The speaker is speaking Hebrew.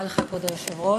כבוד היושב-ראש,